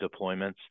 deployments